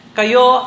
kayo